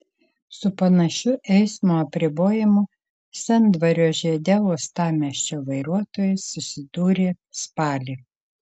su panašiu eismo apribojimu sendvario žiede uostamiesčio vairuotojai susidūrė spalį